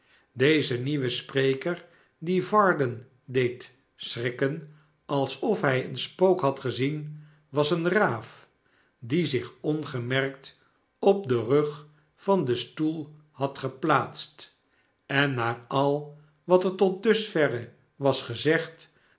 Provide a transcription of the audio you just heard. deze nieuwe spreker die varden deed schrikken alsof hij een spook had gezien was een raaf die zich ongemerkt op den rug van den stoel had geplaatst en naar al wat er tot dusverre was gezegd